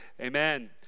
Amen